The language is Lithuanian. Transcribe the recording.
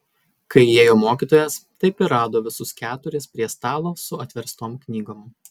kai įėjo mokytojas taip ir rado visus keturis prie stalo su atverstom knygom